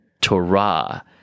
Torah